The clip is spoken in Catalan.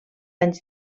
anys